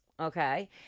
Okay